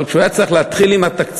אבל כשהוא היה צריך להתחיל עם התקציב,